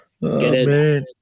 man